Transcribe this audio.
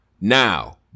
Now